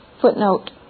footnote